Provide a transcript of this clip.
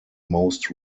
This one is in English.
most